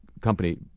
company